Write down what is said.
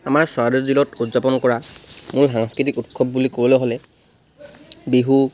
আমাৰ চৰাইদেউ জিলাত উদযাপন কৰা মূল সাংস্কৃতিক উৎসৱ বুলি ক'বলৈ হ'লে বিহু